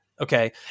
okay